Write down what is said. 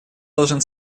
должен